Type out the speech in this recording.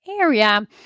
area